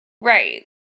Right